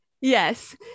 Yes